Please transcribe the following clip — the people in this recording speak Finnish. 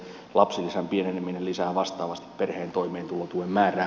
lapsilisän pieneneminen lisää vastaavasti perheen toimeentulotuen määrää